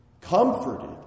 comforted